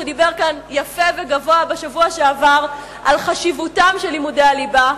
שדיבר כאן יפה וגבוה בשבוע שעבר על חשיבותם של לימודי הליבה: